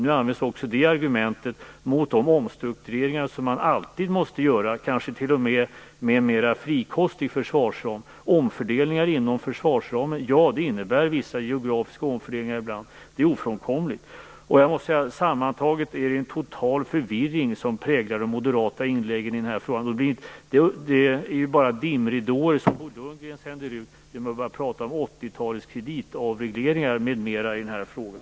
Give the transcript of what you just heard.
Nu används också det argumentet mot de omstruktureringar som alltid måste göras, kanske t.o.m. inom en mera frikostig försvarsram. Det är ofrånkomligt att omfördelningar inom försvarsramen ibland innebär vissa geografiska omfördelningar. Jag måste säga att det sammantaget är en total förvirring som präglar de moderata inläggen i den här frågan. Det är bara dimridåer som Bo Lundgren sänder ut när han börjar tala om 80-talets kreditavregleringar m.m. i den här frågan.